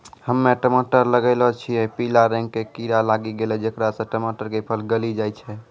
हम्मे टमाटर लगैलो छियै पीला रंग के कीड़ा लागी गैलै जेकरा से टमाटर के फल गली जाय छै?